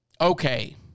Okay